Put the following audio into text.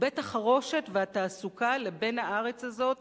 הוא בית-החרושת והתעסוקה לבן הארץ הזאת,